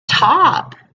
top